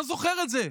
לא זוכר את זה.